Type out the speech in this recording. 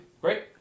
Great